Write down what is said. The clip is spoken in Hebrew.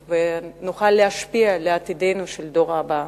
ונוכל להשפיע על העתיד של הדור הבא.